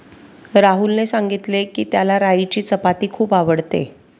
राहुलने सांगितले की, त्याला राईची चपाती खूप आवडते